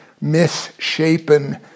misshapen